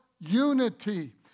unity